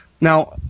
Now